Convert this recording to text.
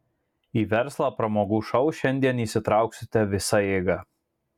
į verslą pramogų šou šiandien įsitrauksite visa jėga